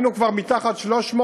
היינו כבר מתחת 300,